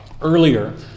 Earlier